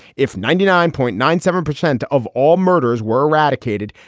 if ninety nine point nine seven percent of all murders were eradicated,